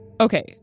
Okay